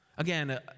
Again